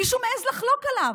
מישהו מעז לחלוק עליו.